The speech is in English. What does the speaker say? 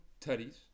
tutties